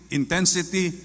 intensity